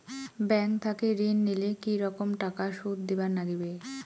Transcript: Bank থাকি ঋণ নিলে কি রকম টাকা সুদ দিবার নাগিবে?